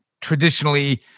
traditionally